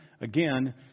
again